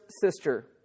sister